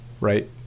Right